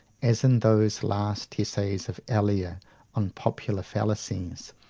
as in those last essays of elia on popular fallacies,